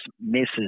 misses